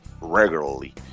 regularly